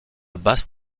basse